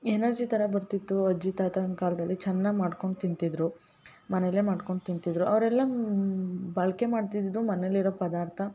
energy ಥರ ಬರ್ತಿತ್ತು ಅಜ್ಜಿ ತಾತನ ಕಾಲದಲ್ಲಿ ಚೆನ್ನಾಗಿ ಮಾಡ್ಕೊಂಡು ತಿಂತಿದ್ದರು ಮನೇಲೆ ಮಾಡ್ಕೊಂಡು ತಿಂತಿದ್ದರು ಅವರೆಲ್ಲ ಬಳಕೆ ಮಾಡ್ತಿದಿದ್ದು ಮನೆಲಿರೋ ಪದಾರ್ಥ